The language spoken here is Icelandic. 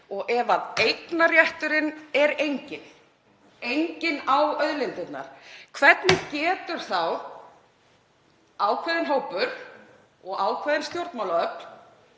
Ef eignarrétturinn er enginn, enginn á auðlindirnar, hvernig getur þá ákveðinn hópur og ákveðin stjórnmálaöfl